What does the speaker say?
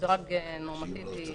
במדרג נורמטיבי